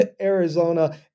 Arizona